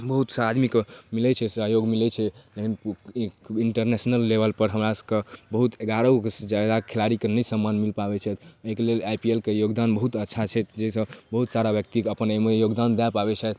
बहुतसए आदमीके मिलै छै सहयोग मिलै छै एहन ई इन्टरनेशनल लेवलपर हमरासभके बहुत एगारहोसए जादा खेलाड़ीके नहि सम्मान मिल पाबै छै एहिके लेल आइ पी एल के योगदान बहुत अच्छा छै जाहिसँ बहुत सारा व्यक्ति अपन ओहिमे योगदान दऽ पाबै छथि